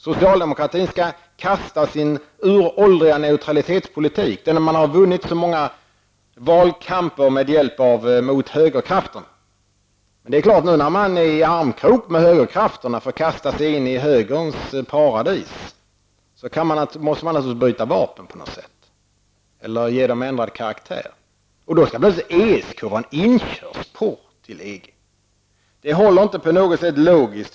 Socialdemokratin skall kasta sin uråldriga neutralitetspolitik, den med vars hjälp man har vunnit så många valkamper mot högerkrafterna. Nu när man är i armkrok med högerkrafterna för att kasta sig in i högerns paradis, måste man naturligtvis byta vapen på något sätt eller ge dem ändrad karaktär. Då skall plötsligt ESK vara en inkörsport till EG. Det håller inte på något sätt logiskt.